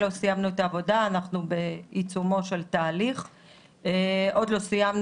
אני מקווה שלא שכחתי אף אחד,